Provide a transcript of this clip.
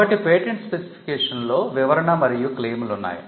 కాబట్టి పేటెంట్ స్పెసిఫికేషన్లో వివరణ మరియు క్లెయిమ్ లు ఉన్నాయి